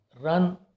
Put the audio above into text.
run